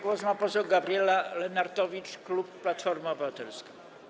Głos ma poseł Gabriela Lenartowicz, klub Platforma Obywatelska.